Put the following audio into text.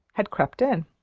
had crept in.